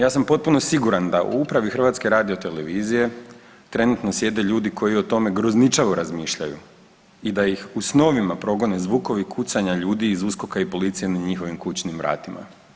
Ja sam potpuno siguran da u upravi HRT-a trenutno sjede ljudi koji o tome grozničavo razmišljaju i da ih u snovima progone zvukovi kucanja ljudi iz USKOK-a i policije na njihovim kućnim vratima.